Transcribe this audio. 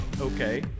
Okay